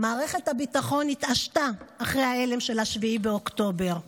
מערכת הביטחון התעשתה אחרי ההלם של 7 באוקטובר,